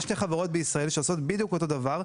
יש שתי חברות בישראל שעושות בדיוק את אותו הדבר,